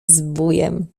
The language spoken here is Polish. zbójem